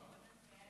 בבקשה.